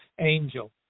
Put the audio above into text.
angel